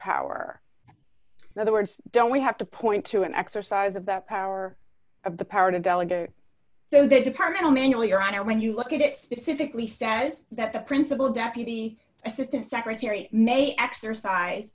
power in other words don't we have to point to an exercise of the power of the power to delegate so the departmental manual your honor when you look at it specifically says that the principal deputy assistant secretary may exercise